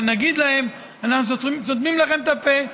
אבל נגיד להם: אנחנו סותמים לכם את הפה.